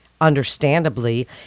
understandably